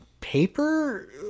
paper